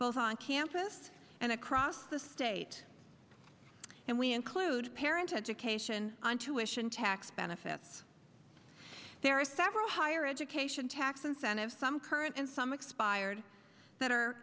both on campus and across the state and we include parent education on tuitions tax benefits there are several higher education tax incentives some current and some expired that are